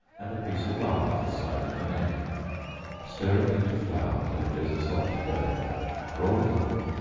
and a piece of lard the size of an egg stir it into flour till it is a soft dough roll it out,